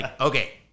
okay